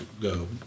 go